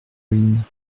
pauline